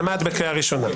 נעמה, את בקריאה ראשונה.